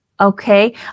Okay